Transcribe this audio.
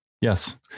Yes